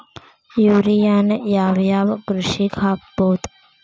ಯೂರಿಯಾನ ಯಾವ್ ಯಾವ್ ಕೃಷಿಗ ಹಾಕ್ಬೋದ?